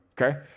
Okay